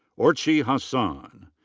orchi hassan.